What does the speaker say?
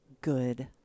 good